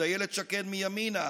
איילת שקד מימינה,